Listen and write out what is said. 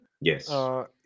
Yes